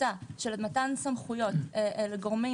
התפיסה של מתן סמכויות לגורמים,